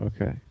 Okay